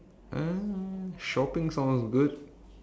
uh shopping sounds good